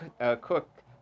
cook